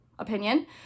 opinion